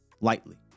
lightly